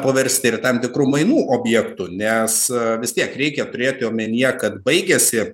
poversti ir tam tikrų mainų objektu nes vis tiek reikia turėti omenyje kad baigiasi